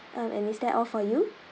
and is that all for you